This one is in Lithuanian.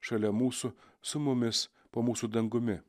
šalia mūsų su mumis po mūsų dangumi